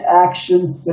action